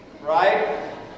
right